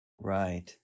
Right